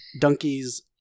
donkey's